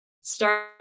start